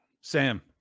Sam